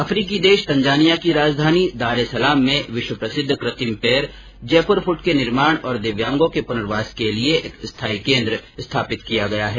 अफ़ीकी देश तंजानिया की राजधानी दार ए सलाम में विश्व प्रसिद्ध कृत्रिम पैर जयपुर फूट के निर्माण और दिव्यांगों के पुनर्वास के लिए एक स्थाई केन्द्र स्थापित किया जाएगा